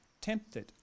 tempted